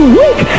weak